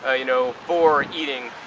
ah you know, for eating,